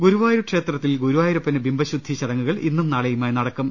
ഗുരുവായൂർ ക്ഷേത്രത്തിൽ ഗുരുവായൂരപ്പന് ബിംബശുദ്ധി ചടങ്ങുകൾ ഇന്നും നാളെയുമായി നടക്കും